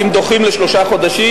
אם דוחים לשלושה חודשים,